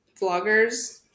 vloggers